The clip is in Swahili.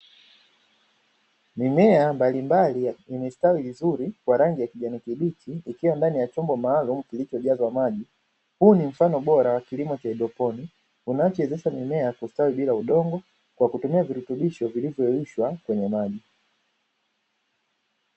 Mimea mbalimbali imestawi vizuri kwa rangi ya kijani kibichi, ikiwa ndani ya chombo maalum kilichojazwa maji. Huu ni mfano bora wa kilimo cha haidroponi, unachowezesha mimea kustawi bila udongo kwa kutumia virutubisho vilivyowekwa kwenye maji.